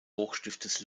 hochstiftes